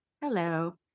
Hello